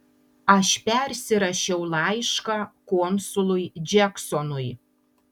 aš persirašiau laišką konsului džeksonui